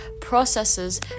processes